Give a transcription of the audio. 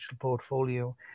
portfolio